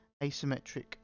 asymmetric